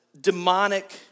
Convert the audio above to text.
demonic